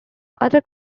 other